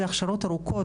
אלה הכשרות ארוכות,